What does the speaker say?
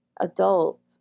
adult